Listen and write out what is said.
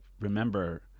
remember